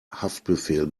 haftbefehl